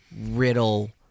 Riddle